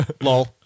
Lol